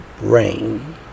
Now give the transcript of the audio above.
rain